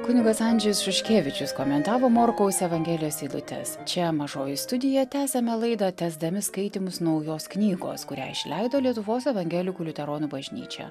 kunigas andžėjus šuškėvičius komentavo morkaus evangelijos eilutes čia mažoji studija tęsiame laidą tęsdami skaitymus naujos knygos kurią išleido lietuvos evangelikų liuteronų bažnyčia